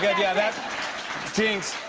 good. yeah. that jinx.